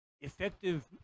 effective